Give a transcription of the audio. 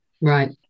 Right